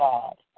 God